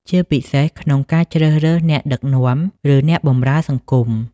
ជាពិសេសក្នុងការជ្រើសរើសអ្នកដឹកនាំ ឬអ្នកបម្រើសង្គម។